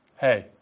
hey